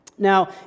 Now